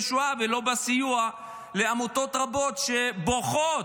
שואה ולא בסיוע לעמותות רבות שבוכות,